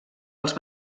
els